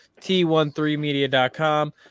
T13media.com